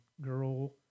girl